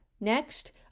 Next